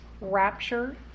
rapture